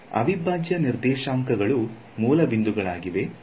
ಅವಿಭಾಜ್ಯ ನಿರ್ದೇಶಾಂಕಗಳು ಮೂಲ ಬಿಂದುಗಳಾಗಿವೆ ಮತ್ತು ಇಲ್ಲಿ ಈ ವೀಕ್ಷಕ ಬಿಂದುವಾಗಿದೆ